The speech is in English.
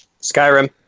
Skyrim